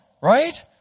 right